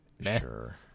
sure